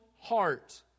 heart